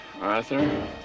Arthur